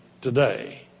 today